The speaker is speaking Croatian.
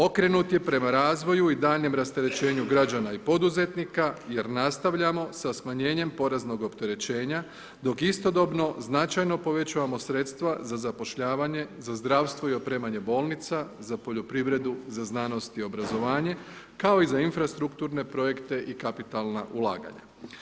Okrenut je prema razvoju i daljnjem rasterećenju građana i poduzetnika jer nastavljamo sa smanjenjem poreznog opterećenja dok istodobno značajno povećavamo sredstva za zapošljavanje, za zdravstvo i opremanje bolnica, za poljoprivredu, za znanost i obrazovanje, kao i za infrastrukturne projekte i kapitalna ulaganja.